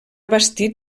bastit